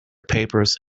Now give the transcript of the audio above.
papers